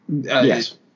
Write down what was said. Yes